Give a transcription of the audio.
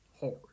hard